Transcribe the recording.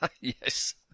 Yes